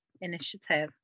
initiative